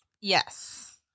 yes